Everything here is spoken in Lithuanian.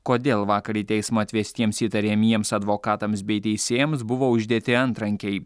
kodėl vakar į teismą atvestiems įtariamiems advokatams bei teisėjams buvo uždėti antrankiai